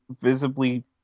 visibly